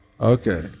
Okay